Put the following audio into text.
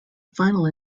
final